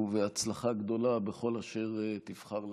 ובהצלחה גדולה בכל אשר תבחר לעשות,